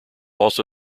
also